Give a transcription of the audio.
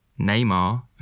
Neymar